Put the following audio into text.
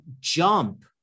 jump